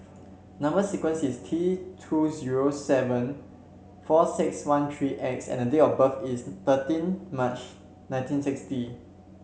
number sequence is T two zero seven four six one three X and the date of birth is thirteen March nineteen sixty